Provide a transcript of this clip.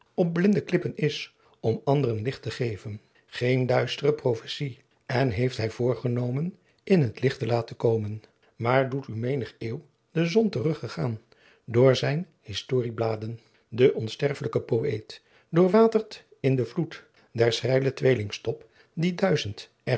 op blinde klippen is om andren licht te geven geen duistre prophecy en heeft hy voorgenomen in t licht te laten komen maer doet u meenigh eeuw de son te rugge gaen door sijn historieblaên d'onsterflijcke poëet doorwatert in de vloet der sreyle tweelingstop die